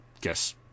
guess